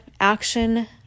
action